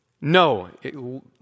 No